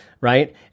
right